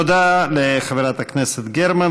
תודה לחברת הכנסת גרמן.